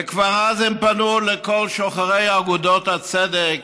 וכבר אז הם פנו לכל שוחרי אגודות הצדק